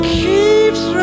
keeps